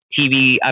TV